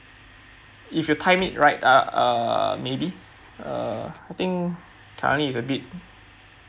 if you time it right uh uh maybe uh I think currently is a bit